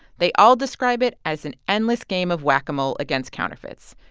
they all describe it as an endless game of whack-a-mole against counterfeits.